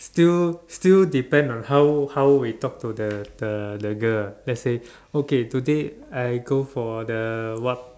still still depend on how how we talk to the the the girl okay today I go for the what